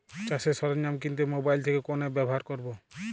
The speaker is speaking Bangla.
চাষের সরঞ্জাম কিনতে মোবাইল থেকে কোন অ্যাপ ব্যাবহার করব?